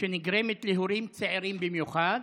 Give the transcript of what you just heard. שנגרמת להורים צעירים במיוחד?